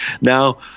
Now